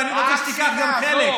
ואני רוצה שתיקח גם חלק.